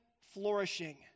flourishing